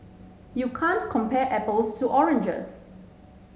you can't compare apples to oranges